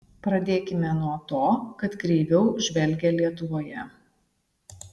pradėkime nuo to kad kreiviau žvelgia lietuvoje